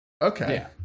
Okay